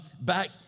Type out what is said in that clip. back